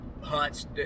hunts